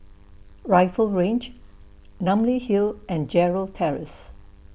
Rifle Range Namly Hill and Gerald Terrace